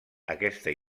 aquesta